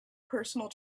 personal